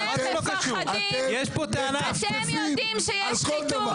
אתם מפחדים, אתם יודעים שיש שחיתות.